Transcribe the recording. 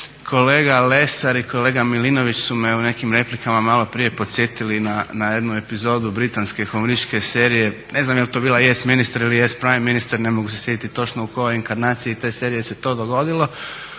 Kolega Lesar i kolega Milinović su me u nekim replikama maloprije podsjetili na jednu epizodu britanske humoristične serije, ne znam jel to bila Yes, minister ili Yes prime minister, ne mogu se sjetit točno u kojoj inkarnaciji te serije se to dogodilo